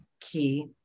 key